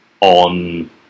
on